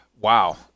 wow